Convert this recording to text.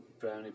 Brownie